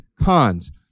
Cons